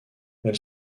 elle